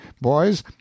Boys